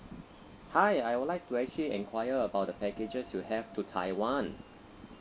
hi I would like to actually enquire about the packages you have to taiwan